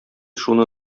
шуны